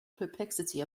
perplexity